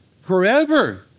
forever